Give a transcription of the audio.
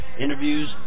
interviews